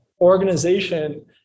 organization